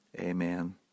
Amen